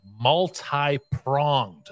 multi-pronged